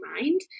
mind